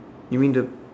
you mean the